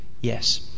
yes